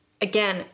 again